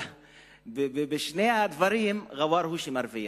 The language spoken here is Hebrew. בשני הדברים ע'וואר הוא שמרוויח.